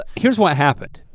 ah here's what happened.